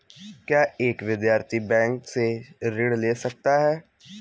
क्या एक विद्यार्थी बैंक से ऋण ले सकता है?